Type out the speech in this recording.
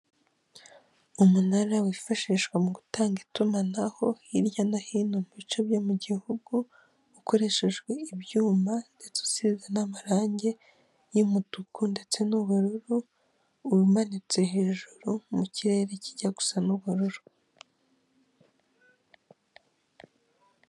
Abakobwa batatu bicaye imbere y'ameza bambaye imyenda y'imihondo, inyuma y'aho kugikuta hamanitse tereviziyo irimo ibara ry'umuhondo. Inyuma y'aho Kandi hari umugabo wambaye umupira w'umuhondo n'ingofero y'umuhondo. Imbere yayo meza har'undi mukobwa muremure wambaye ipantaro ya kacyi ndetse n'ishati idafite amaboko, imisatsi miremire myiza y'umukara.